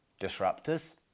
disruptors